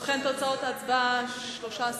בעד, 13,